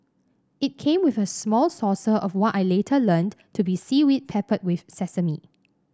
it came with a small saucer of what I later learnt to be seaweed peppered with sesame